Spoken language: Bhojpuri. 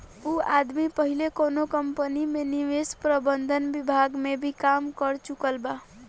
उ आदमी पहिले कौनो कंपनी में निवेश प्रबंधन विभाग में भी काम कर चुकल बा